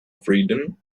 freedom